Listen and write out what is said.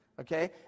okay